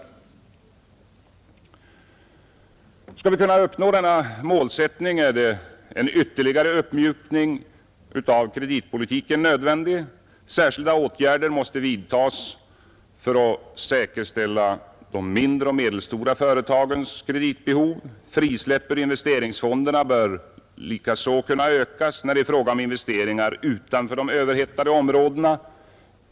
Skall vi kunna uppnå denna målsättning är en ytterligare uppmjukning av kreditpolitiken nödvändig. Särskilda åtgärder måste vidtas för att säkerställa de mindre och medelstora företagens kreditbehov. Frisläppen ur investeringsfonderna bör likaså kunna ökas, när det är fråga om investeringar utanför de överhettade områdena.